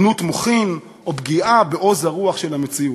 קטנות מוחין או פגיעה בעוז הרוח של המציאות.